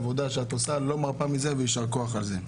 העבודה שאת עושה לא מרפה מזה ויישר כח על זה.